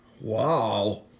Wow